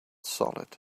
solid